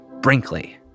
Brinkley